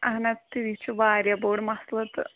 اہن حظ تہٕ یہِ چھُ واریاہ بوٚڈ مَسلہٕ تہٕ